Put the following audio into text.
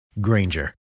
Granger